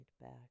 back